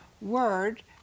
word